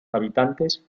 habitantes